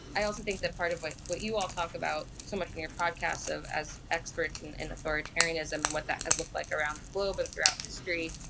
i also think that part of what what you all talk about so much on your podcast of as experts in in authoritarianism and what that has looked like around the globe and throughout history.